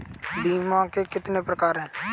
बीमे के कितने प्रकार हैं?